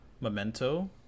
memento